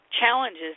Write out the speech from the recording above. challenges